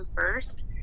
first